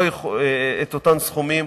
את אותם סכומים.